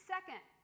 Second